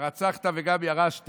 שאתה גם מנסה לעשות